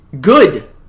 good